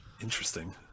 Interesting